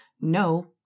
no